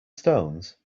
stones